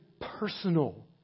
personal